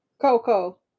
Coco